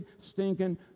stinking